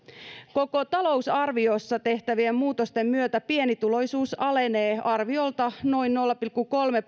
koko talousarviossa tehtävien muutosten myötä pienituloisuus alenee arviolta noin nolla pilkku kolme